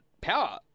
power